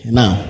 now